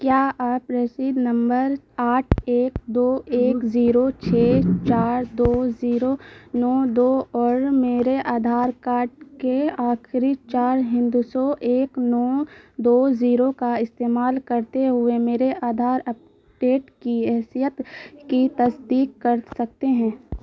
کیا آپ رسید نمبر آٹھ ایک دو ایک زیرو چھ چار دو زیرو نو دو اور میرے آدھار کارڈ کے آخری چار ہندسوں ایک نو دو زیرو کا استعمال کرتے ہوئے میرے آدھار اپ ڈیٹ کی حیثیت کی تصدیق کر سکتے ہیں